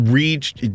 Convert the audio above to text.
reached